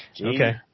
Okay